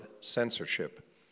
censorship